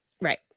Right